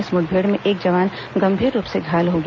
इस मुठभेड़ में एक जवान गंभीर रूप से घायल हो गया